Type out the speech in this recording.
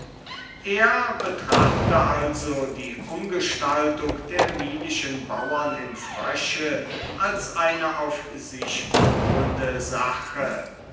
er betrachte also die umgestaltung der milischen bauern in frösche als eine auf sich beruhende sache